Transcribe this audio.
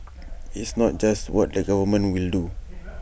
it's not just what the government will do